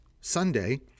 Sunday